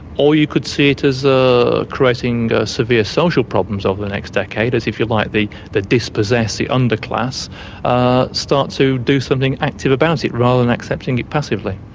or you could see it as creating creating severe social problems over the next decade as, if you like, the the dispossessed, the underclass ah start to do something active about it rather than accepting it passively.